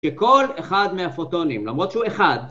ככל אחד מהפוטונים, למרות שהוא אחד.